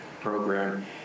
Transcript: program